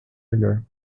melhor